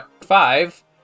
five